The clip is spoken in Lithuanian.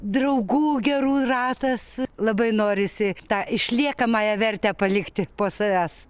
draugų gerų ratas labai norisi tik tą išliekamąją vertę palikti po savęs